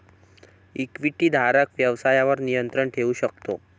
इक्विटीधारक व्यवसायावर नियंत्रण ठेवू शकतो